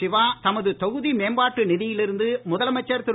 சிவா தமது தொகுதி மேம்பாட்டு நிதியில் இருந்து முதலமைச்சர் திரு